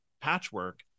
patchwork